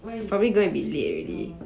where you